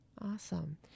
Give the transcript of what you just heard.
Awesome